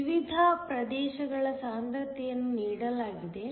ಆದ್ದರಿಂದ ವಿವಿಧ ಪ್ರದೇಶಗಳ ಸಾಂದ್ರತೆಯನ್ನು ನೀಡಲಾಗಿದೆ